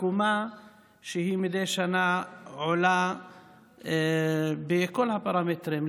לעקומה שמדי שנה עולה בכל הפרמטרים,